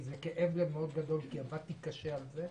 זה כאב לב מאוד גדול כי עבדתי קשה על זה,